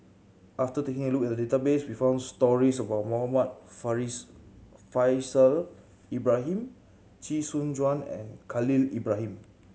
after taking a look at the database we found stories about Muhammad Faishal Ibrahim Chee Soon Juan and Khalil Ibrahim